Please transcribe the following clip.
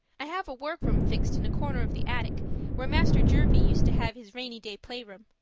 i have a workroom fixed in a corner of the attic where master jervie used to have his rainy-day playroom.